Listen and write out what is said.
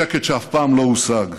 שקט שאף פעם לא הושג.